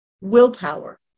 Willpower